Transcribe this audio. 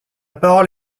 parole